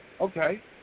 Okay